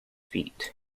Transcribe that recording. feet